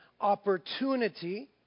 opportunity